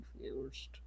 confused